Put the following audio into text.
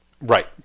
Right